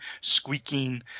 squeaking